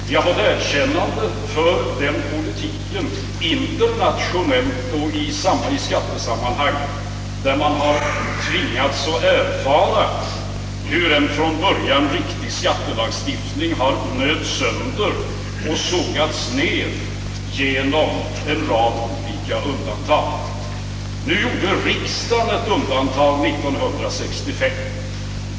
Vi har fått erkännande för den politiken internationellt och i skattesammanhang där man har tvingats erfara hur en från början riktig skattelagstiftning har nötts sönder — ja, så gott som brutits ned — genom en rad olika undantag. Nu gjorde riksdagen ett undantag 1965.